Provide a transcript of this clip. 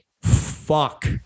fuck